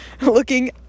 looking